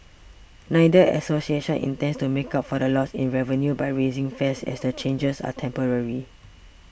neither association intends to make up for the loss in revenue by raising fares as the changes are temporary